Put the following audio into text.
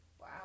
Wow